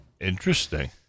Interesting